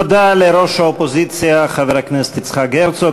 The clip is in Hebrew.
תודה לראש האופוזיציה, חבר כנסת יצחק הרצוג.